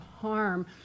harm